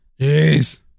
Jeez